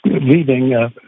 leaving